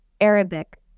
Arabic